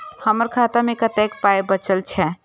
हमर खाता मे कतैक पाय बचल छै